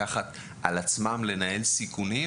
לקחת על עצמם אחריות של ניהול סיכונים.